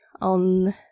on